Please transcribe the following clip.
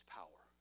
power